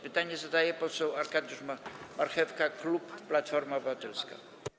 Pytanie zadaje poseł Arkadiusz Marchewka, klub Platforma Obywatelska.